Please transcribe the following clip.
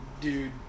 dude